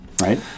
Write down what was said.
right